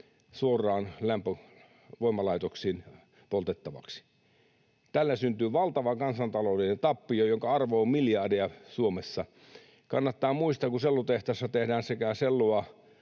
suoraan lämpövoimalaitoksiin poltettavaksi. Tällä syntyy valtava kansantaloudellinen tappio, jonka arvo on miljardeja Suomessa. Kannattaa muistaa, että kun sellutehtaassa siitä puusta